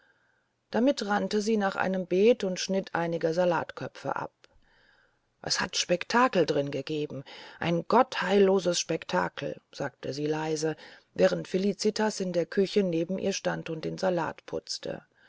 damit rannte sie nach einem beet und schnitt einige salatköpfe ab es hat spektakel drin gegeben einen gottheillosen spektakel sagte sie leise während felicitas in der küche neben ihr stand und den salat putzte